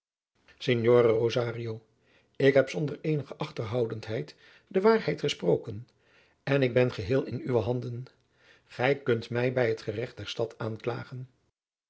rosario ik heb zonder eenige achterhoudendheid de waarheid gesproken en ik ben geheel in uwe handen gij kunt mij bij het geregt der stad aanklagen